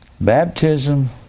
baptism